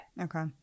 Okay